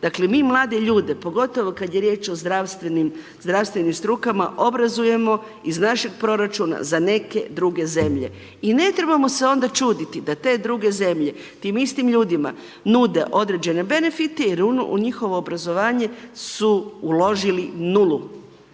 Dakle mi mlade ljude, pogotovo kad je riječ o zdravstvenim strukama, obrazujemo iz našeg proračuna za neke druge zemlje. I ne trebamo se onda čuditi da te druge zemlje tim istim ljudima nude određene benefite jer u njihovo obrazovanje su uložili nulu.